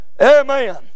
Amen